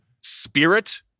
spirit